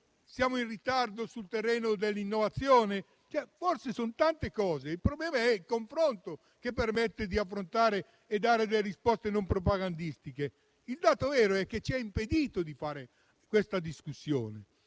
siamo in ritardo sul terreno dell'innovazione? Forse sono tanti elementi, ma è il confronto che permette di affrontare e dare delle risposte non propagandistiche. Il dato vero è che ci viene impedito di fare una discussione